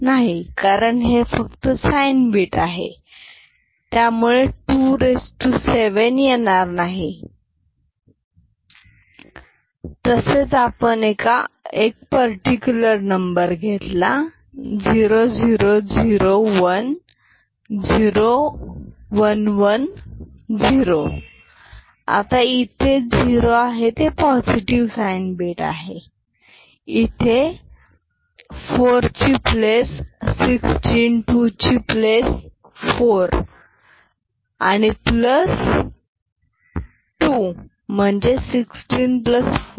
0000 0001 1 1000 0001 1 हे फक्त sign bit असल्यामुळे टू रेस टू सेवेन येणार नाही तसेच आपण एक पर्टिक्युलर नंबर घेतला 00010110 इथे झिरो पॉझिटिव्ह साईन बीट आहे इथे 4ची प्लेस 16 टू ची प्लेस 4 प्लस टू